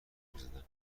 میزدن